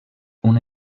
una